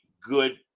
good